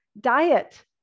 diet